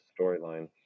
storyline